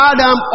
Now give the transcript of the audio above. Adam